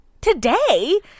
Today